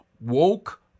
woke